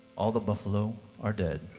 all the buffalo are dead